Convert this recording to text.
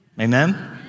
Amen